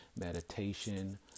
meditation